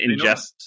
ingest